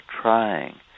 trying